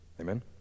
Amen